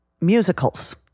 musicals